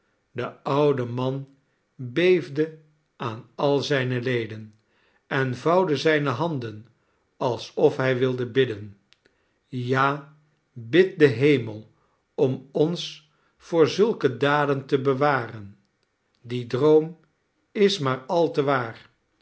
de oude man beefde aan al zijne leden en vouwde zijne handen alsof hij wilde bidden ja bid den hemel om ons voor zulke daden te bewaren die droom is maar al te waar